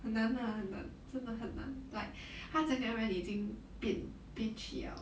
很难 ah 很难真的很难 like 他整个人已经变变去了